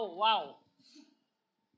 wow